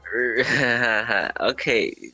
okay